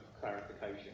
clarification